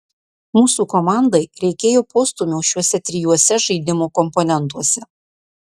mūsų komandai reikėjo postūmio šiuose trijuose žaidimo komponentuose